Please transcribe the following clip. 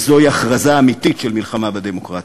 וזוהי הכרזה אמיתית של מלחמה בדמוקרטיה.